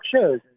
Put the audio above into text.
shows